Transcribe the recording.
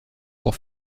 pour